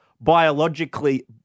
biologically